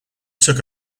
took